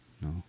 No